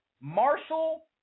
Marshall